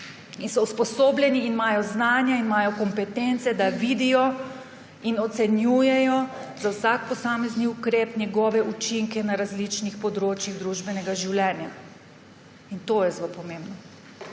In so usposobljeni in imajo znanja in imajo kompetence, da vidijo in ocenjujejo za vsak posamezni ukrep njegove učinke na različnih področjih družbenega življenja. To je zelo pomembno.